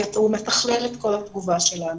הוא מתכלל את כל התגובה שלנו.